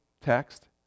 text